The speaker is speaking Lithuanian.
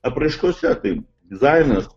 apraiškose tai dizainas